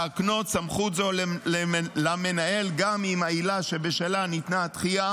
מוצע להקנות סמכות זו למנהל גם אם העילה שבשלה ניתנה הדחייה